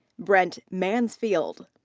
brent mansfield.